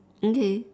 okay